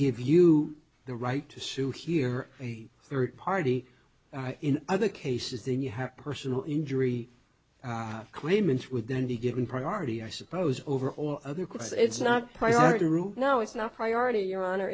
give you the right to sue here a third party in other cases than you have personal injury claimants would then be given priority i suppose over all other kids it's not a priority rule no it's not priority your honor